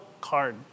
card